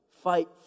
fight